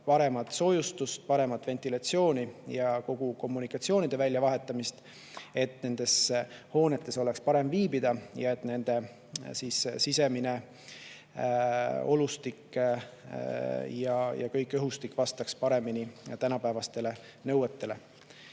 paremat soojustust, paremat ventilatsiooni ja kõigi kommunikatsioonide väljavahetamist, et nendes hoonetes oleks parem viibida ja nende sisemine olustik ja kogu õhustik vastaks paremini tänapäevastele nõuetele.